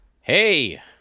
Hey